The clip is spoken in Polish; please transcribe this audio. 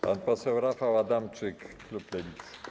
Pan poseł Rafał Adamczyk, klub Lewicy.